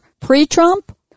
pre-Trump